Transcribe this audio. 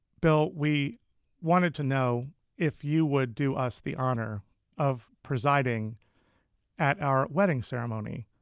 bill, we wanted to know if you would do us the honor of presiding at our wedding ceremony.